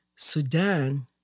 Sudan